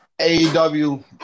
AEW